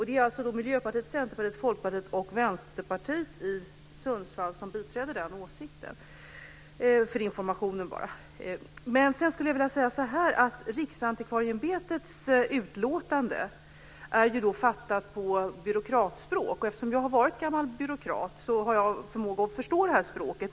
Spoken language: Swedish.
Det är Miljöpartiet, Centerpartiet, Folkpartiet och Vänsterpartiet i Sundsvall som biträder den åsikten. Det här var lite information. Riksantikvarieämbetets utlåtande är skrivet på byråkratspråk, och eftersom jag har varit byråkrat har jag förmåga att förstå det språket.